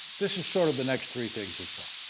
this is sort of the next three things as well